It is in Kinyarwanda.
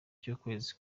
cy’ukwezi